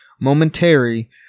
Momentary